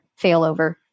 failover